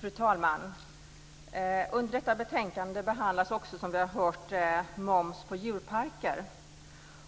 Fru talman! I detta betänkande behandlas också, som vi har hört, moms på djurparker.